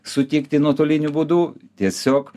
sutikti nuotoliniu būdu tiesiog